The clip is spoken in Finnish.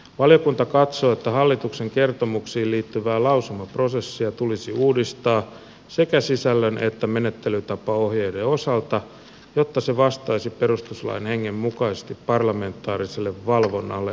valiokunta katsoo että hallituksen kertomuksiin liittyvää lausumaprosessia tulisi uudistaa sekä sisällön että menettelytapaohjeiden osalta jotta se vastaisi perustuslain hengen mu kaisesti parlamentaariselle valvonnalle asetettuja vaatimuksia